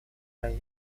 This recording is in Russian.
аравия